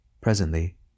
Presently